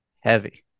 heavy